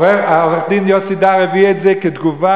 עו"ד יוסי דר הביא את זה כתגובה,